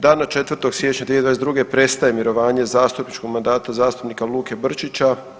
Dana 4. siječnja 2022. prestaje mirovanje zastupničkog mandata zastupnika Luke Brčića.